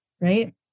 right